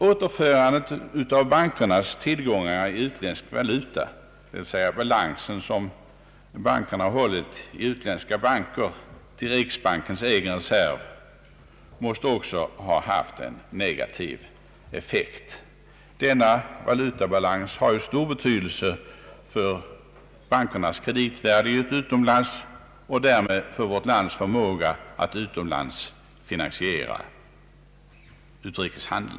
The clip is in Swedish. Återförandet av bankernas tillgångar i utländsk valuta, d.v.s. balansen som bankerna hållit i utländska banker, till riksbankens egen reserv måste också ha haft en negativ effekt. Denna valutabalans har ju stor betydelse för bankernas kreditvärdighet utomlands och därmed för vårt lands förmåga att utomlands finansiera utrikeshandeln.